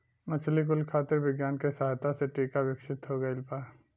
मछली कुल खातिर विज्ञान के सहायता से टीका विकसित हो गइल बा